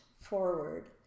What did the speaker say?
forward